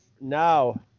now